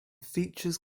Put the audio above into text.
features